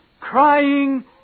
crying